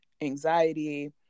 Anxiety